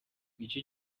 nicyo